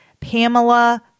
Pamela